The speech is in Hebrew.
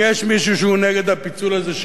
יש מישהו שהוא נגד הפיצול הזה?